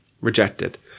rejected